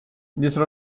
dietro